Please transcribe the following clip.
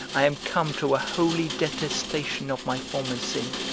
i am come to a holy detestation of my former sin.